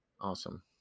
awesome